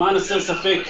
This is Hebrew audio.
למען הסר ספק,